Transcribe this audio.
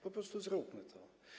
Po prostu zróbmy to.